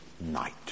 night